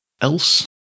else